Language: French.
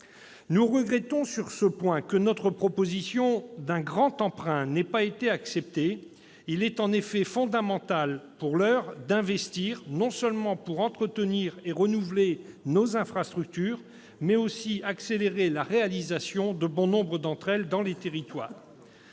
Nous regrettons à cet égard que notre proposition d'un grand emprunt n'ait pas été acceptée. Pour l'heure, il est en effet fondamental d'investir, non seulement pour entretenir et renouveler nos infrastructures, mais aussi pour accélérer la réalisation d'un bon nombre d'entre elles dans les territoires.